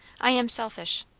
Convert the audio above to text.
i am selfish.